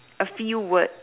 a few word